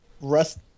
rest